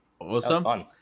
Awesome